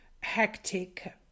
hectic